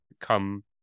come